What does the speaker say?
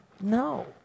No